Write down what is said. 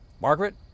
Margaret